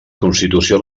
constitució